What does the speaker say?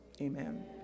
amen